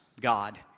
God